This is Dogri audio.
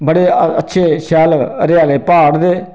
बडे अच्छे शैल हरियाले प्हाड़ ते